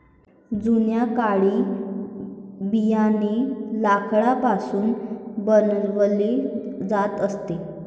जुन्या काळी बियाणे लाकडापासून बनवले जात असे